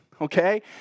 okay